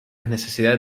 necesidades